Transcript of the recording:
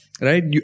Right